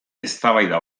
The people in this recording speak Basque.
eztabaida